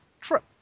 trip